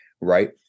right